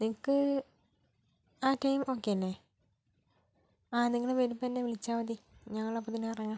നിങ്ങൾക്ക് ആ time okay അല്ലേ ആ നിങ്ങള് വരുമ്പം എന്നെ വിളിച്ചാൽ മതി ഞങ്ങള് അപ്പം തന്നെ ഇറങ്ങാം